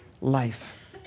life